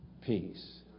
peace